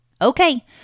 Okay